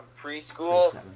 preschool